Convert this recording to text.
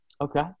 Okay